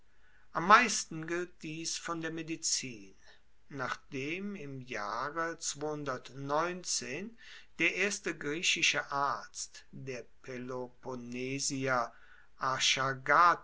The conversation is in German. am meisten gilt dies von der medizin nachdem im jahre der erste griechische arzt der peloponnesier